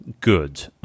good